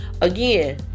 again